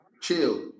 chill